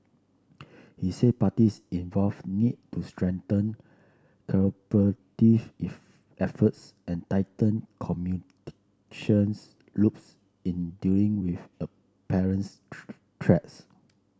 he said parties involved need to strengthen efforts and tighten loops in dealing with a parents threats